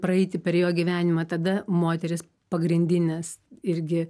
praeiti per jo gyvenimą tada moterys pagrindinės irgi